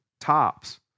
tops